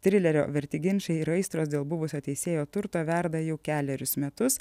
trilerio verti ginčai ir aistros dėl buvusio teisėjo turto verda jau kelerius metus